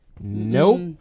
Nope